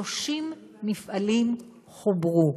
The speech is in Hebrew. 30 מפעלים חוברו,